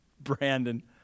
Brandon